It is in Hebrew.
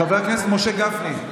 חבר הכנסת משה גפני.